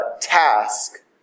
task